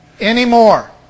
anymore